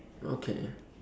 okay